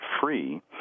free